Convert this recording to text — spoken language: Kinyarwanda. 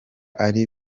ari